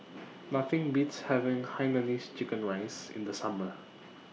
Nothing Beats having Hainanese Chicken Rice in The Summer